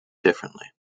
differently